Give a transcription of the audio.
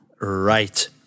right